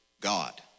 God